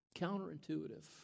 counterintuitive